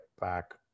back